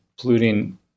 polluting